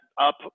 up